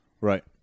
Right